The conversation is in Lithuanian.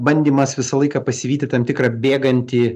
bandymas visą laiką pasivyti tam tikrą bėgantį